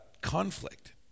conflict